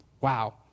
Wow